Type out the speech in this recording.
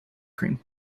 cream